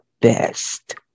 best